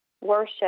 worship